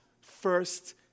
first